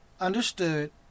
understood